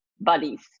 buddies